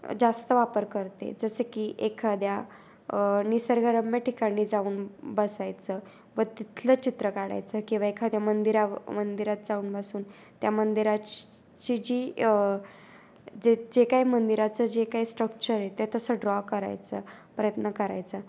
जास्त वापर करते जसं की एखाद्या निसर्गारम्य ठिकाणी जाऊन बसायचं व तिथलं चित्र काढायचं किंवा एखाद्या मंदिराव मंदिरात जाऊन बसून त्या मंदिरा ची जी जे जे काही मंदिराचं जे काही स्ट्रक्चर आहे ते तसं ड्रॉ करायचं प्रयत्न करायचं